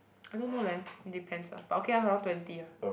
I don't know leh it depends ah but okay ah around twenty ah